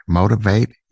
motivate